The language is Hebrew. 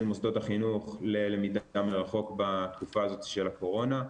מוסדות החינוך ללמידה מרחוק בתקופה הזאת של הקורונה.